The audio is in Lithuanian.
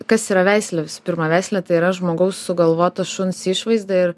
kas yra veislė visų pirma veislė tai yra žmogaus sugalvota šuns išvaizda ir